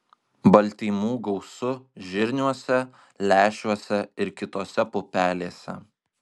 baltymų gausu žirniuose lęšiuose ir kitose pupelėse